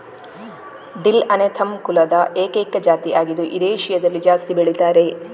dill Anethum ಕುಲದ ಏಕೈಕ ಜಾತಿ ಆಗಿದ್ದು ಯುರೇಷಿಯಾದಲ್ಲಿ ಜಾಸ್ತಿ ಬೆಳೀತಾರೆ